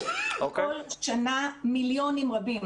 כל שנה מיליונים רבים.